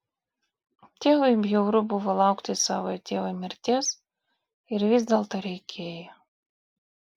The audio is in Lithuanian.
tėvui bjauru buvo laukti savojo tėvo mirties ir vis dėlto reikėjo